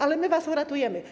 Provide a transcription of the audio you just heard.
Ale my was uratujemy.